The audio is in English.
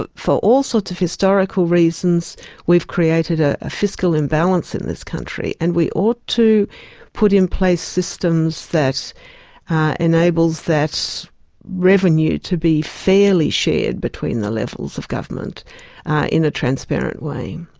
but for all sorts of historical reasons we've created a fiscal imbalance in this country, and we ought to put in place systems that enables that revenue to be fairly shared between the levels of government in a transparent way.